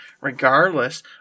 regardless